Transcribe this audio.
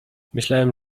myślałem